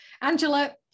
Angela